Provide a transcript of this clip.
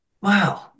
wow